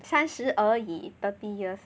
三十而已 thirty years